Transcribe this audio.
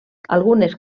algunes